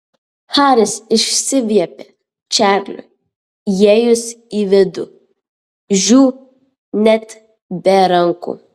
haris išsiviepė čarliui įėjus į vidų žiū net be rankų